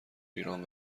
ایران